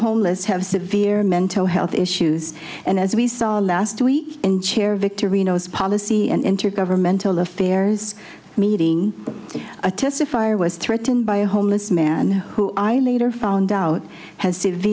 homeless have severe mental health issues and as we saw last week in chair victor reno's policy and intergovernmental affairs meeting a testifier was threatened by a homeless man who i later found out has